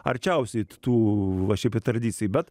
arčiausiai tų va šitų tradicijų bet